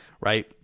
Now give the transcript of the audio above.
right